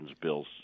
bills